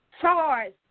Charge